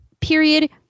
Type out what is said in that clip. period